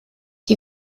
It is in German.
die